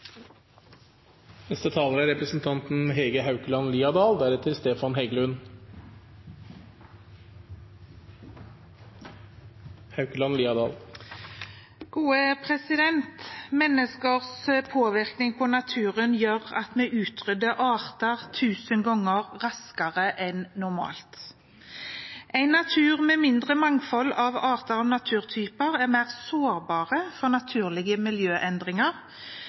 Menneskers påvirkning på naturen gjør at vi utrydder arter tusen ganger raskere enn normalt. En natur med mindre mangfold av arter og naturtyper er mer sårbar for naturlige miljøendringer